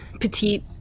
petite